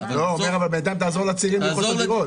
בינתיים תעזור לצעירים לקנות דירות.